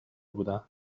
بودن